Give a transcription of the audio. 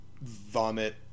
vomit